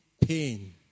pain